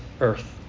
earth